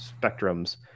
spectrums